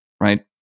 right